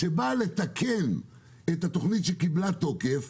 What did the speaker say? שבאה לתקן את התוכנית שקיבלה תוקף,